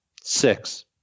Six